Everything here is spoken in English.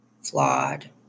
flawed